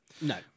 No